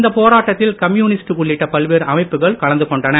இந்தப் போராட்டத்தில் கமியுனிஸ்ட் உள்ளிட்ட பல்வேறு அமைப்புகள் கலந்து கொண்டன